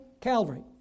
Calvary